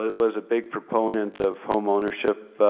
was a big proponent of home ownership.